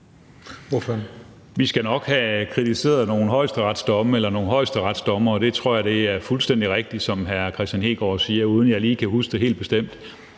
(DF): Vi skal nok have akkrediteret nogle højesteretsdommere, og jeg tror, det er fuldstændig rigtigt, som hr. Kristian Hegaard siger, uden at jeg lige kan huske det helt bestemt.